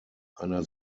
einer